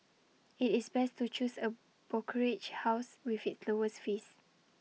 IT is best to choose A brokerage house with the lower fees